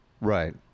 Right